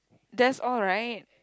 that's all right